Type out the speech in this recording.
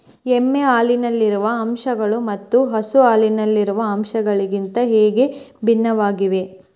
ಎಮ್ಮೆ ಹಾಲಿನಲ್ಲಿರುವ ಅಂಶಗಳು ಮತ್ತು ಹಸು ಹಾಲಿನಲ್ಲಿರುವ ಅಂಶಗಳಿಗಿಂತ ಹೇಗೆ ಭಿನ್ನವಾಗಿವೆ?